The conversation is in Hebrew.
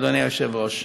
אדוני היושב-ראש,